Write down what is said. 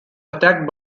attacked